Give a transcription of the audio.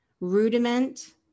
rudiment